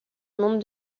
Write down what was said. monde